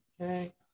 Okay